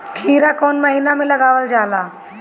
खीरा कौन महीना में लगावल जाला?